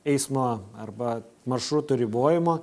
eismo arba maršrutų ribojimo